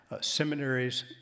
seminaries